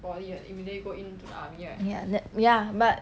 ya but